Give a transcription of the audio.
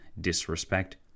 disrespect